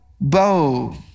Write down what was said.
bow